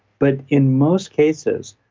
but in most cases,